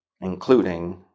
including